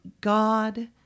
God